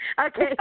Okay